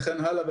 וכן הלאה.